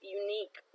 unique